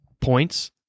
points